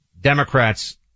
Democrats